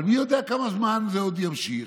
אבל מי יודע כמה זמן זה עוד יימשך?